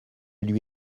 lui